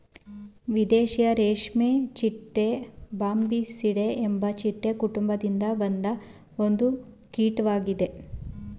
ದೇಶೀಯ ರೇಷ್ಮೆಚಿಟ್ಟೆ ಬಾಂಬಿಸಿಡೆ ಎಂಬ ಚಿಟ್ಟೆ ಕುಟುಂಬದಿಂದ ಬಂದ ಒಂದು ಕೀಟ್ವಾಗಿದೆ